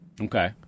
Okay